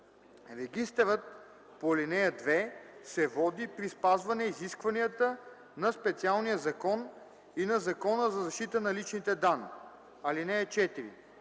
Регистърът по ал. 2 се води при спазване изискванията на специалния закон и на Закона за защита на личните данни.